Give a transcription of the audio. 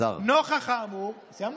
נוכח האמור, סיימנו,